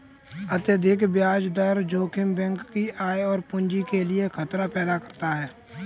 अत्यधिक ब्याज दर जोखिम बैंक की आय और पूंजी के लिए खतरा पैदा करता है